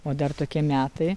o dar tokie metai